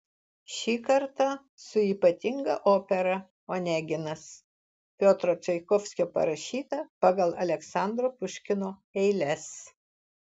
šį kartą su ypatinga opera oneginas piotro čaikovskio parašyta pagal aleksandro puškino eiles